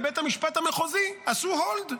בבית המשפט המחוזי עשו hold.